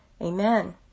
Amen